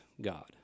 God